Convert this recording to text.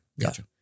Gotcha